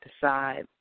decide